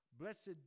blessed